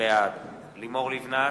בעד לימור לבנת,